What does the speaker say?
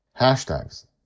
Hashtags